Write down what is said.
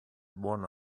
one